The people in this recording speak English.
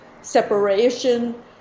separation